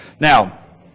Now